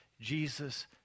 Jesus